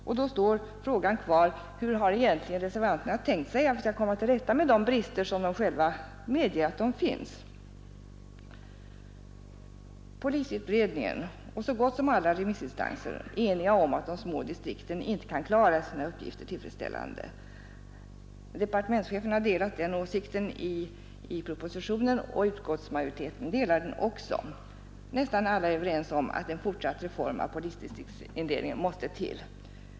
Frågan står kvar: Hur har egentligen reservanterna tänkt sig att vi skall komma till rätta med de brister som de själva medger finns? Polisutredningen och så gott som alla remissinstanser är eniga om att de små distrikten inte kan klara sina uppgifter tillfredsställande. Departementschefen delar den åsikten i propositionen, och utskottsmajoriteten delar den också. Nästan alla är överens om att en fortsatt reform av polisdistriktsindelningen måste till.